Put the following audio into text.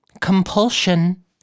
compulsion